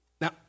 Now